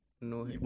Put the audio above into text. no